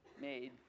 made